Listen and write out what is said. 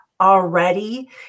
already